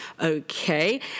okay